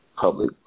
public